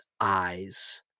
eyes